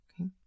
okay